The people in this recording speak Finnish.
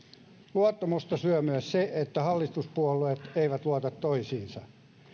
luottamusta syö myös se että hallituspuolueet eivät luota toisiinsa